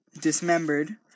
dismembered